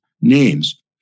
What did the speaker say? names